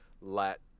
let